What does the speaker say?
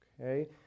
Okay